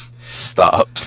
stop